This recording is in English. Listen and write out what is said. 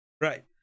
Right